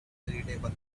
irritable